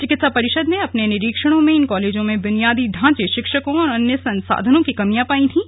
चिकित्सा परिषद ने अपने निरीक्षणों में इन कॉलेजों में बुनियादी ढांचे शिक्षकों और अन्य संसाधनों की कमियां पायी थीं